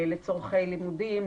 לצורכי לימודים,